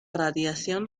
radiación